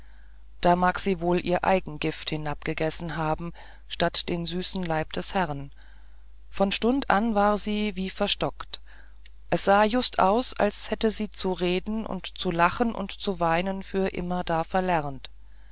da mag sie wohl ihr eigen gift hinabgegessen haben anstatt den süßen leib des herrn von stund an war sie wie verstockt es sah just aus als hätte sie zu reden und zu lachen und zu weinen für immerdar verlernt